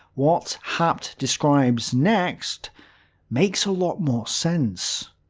what haupt describes next makes a lot more sense.